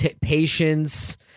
patience